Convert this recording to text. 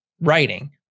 writing